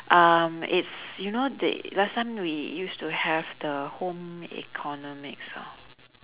um it's you know the last time we used to have the home economics hor